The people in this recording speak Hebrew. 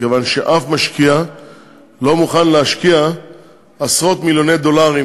מכיוון שאף משקיע לא מוכן להשקיע עשרות-מיליוני דולרים